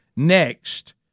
Next